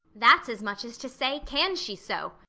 that's as much as to say can she so